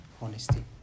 honesty